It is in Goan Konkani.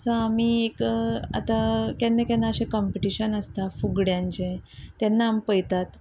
सो आमी एक आतां केन्ना केन्ना अशें कंपिटिशन आसता फुगड्यांचे तेन्ना आमी पळयतात